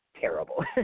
terrible